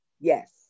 Yes